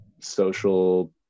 social